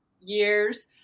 years